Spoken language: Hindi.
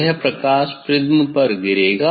यह प्रकाश प्रिज्म पर गिरेगा